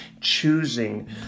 choosing